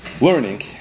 Learning